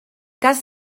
cas